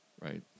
right